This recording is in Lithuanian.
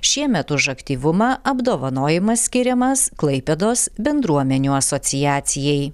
šiemet už aktyvumą apdovanojimas skiriamas klaipėdos bendruomenių asociacijai